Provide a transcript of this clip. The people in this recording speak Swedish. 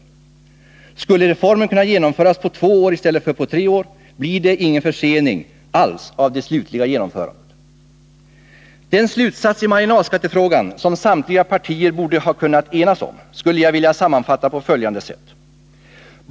Skulle reformen kunna genomföras på två år i stället för på tre år blir det ingen försening alls av det slutliga genomförandet. Den slutsats i marginalskattefrågan som samtliga partier borde ha kunnat enas om skulle jag vilja sammanfatta på följande sätt.